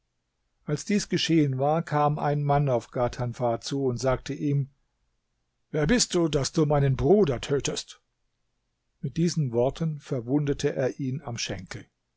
als dies geschehen war kam ein mann auf ghadhanfar zu und sagte ihm wer bist du daß du meinen bruder tötest mit diesen worten verwundete er ihn am schenkel